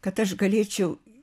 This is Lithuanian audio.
kad aš galėčiau